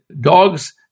Dogs